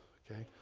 ok.